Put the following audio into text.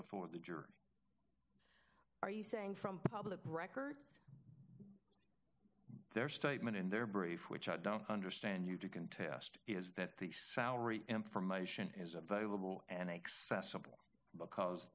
before the jury are you saying from public records their statement in their brief which i don't understand you to contest is that the salary information is available and accessible because